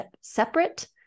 separate